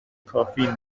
کافی